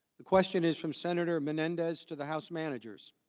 the question is from senator menendez to the house managers.